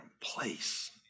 place